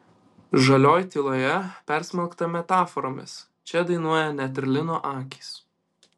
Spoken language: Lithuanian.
žalioj tyloje persmelkta metaforomis čia dainuoja net ir lino akys